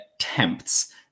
attempts